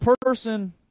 person